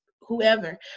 whoever